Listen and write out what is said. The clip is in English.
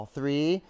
Three